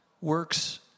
works